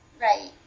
Right